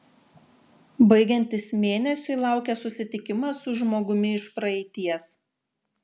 baigiantis mėnesiui laukia susitikimas su žmogumi iš praeities